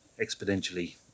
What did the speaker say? exponentially